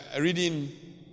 reading